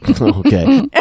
okay